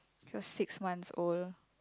cause six months old